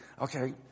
Okay